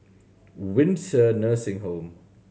Windsor Nursing Home